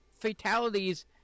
Fatalities